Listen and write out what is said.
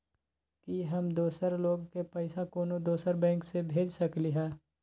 कि हम दोसर लोग के पइसा कोनो दोसर बैंक से भेज सकली ह?